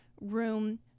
room